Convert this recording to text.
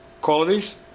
qualities